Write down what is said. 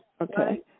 Okay